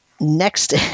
next